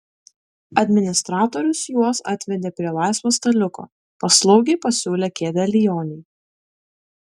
administratorius juos atvedė prie laisvo staliuko paslaugiai pasiūlė kėdę lionei